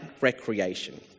recreation